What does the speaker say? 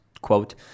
quote